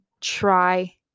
try